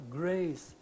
grace